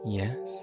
yes